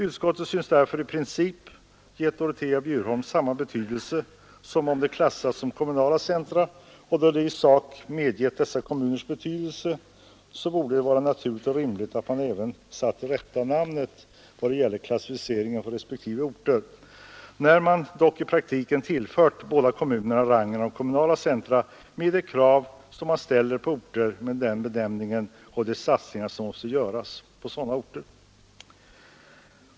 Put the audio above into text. Utskottet synes därför i princip ha gett Dorotea och Bjurholm samma betydelse som om de klassats som kommunala centra, och då man i sak medgett dessa kommuners betydelse så borde det ha varit naturligt och rimligt att man även satte det rätta namnet när det gäller klassificeringen för respektive orter. I praktiken har man dock tillfört båda kommunerna rangen av kommunala centra med de krav som man ställer på orter med denna benämning och de satsningar som måste göras på sådana orter.